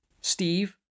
Steve